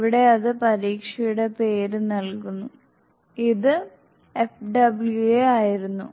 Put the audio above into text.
ഇവിടെ അത് പരീക്ഷയുടെ പേര് നൽകുന്നു ഇത് FWA ആയിരുന്നു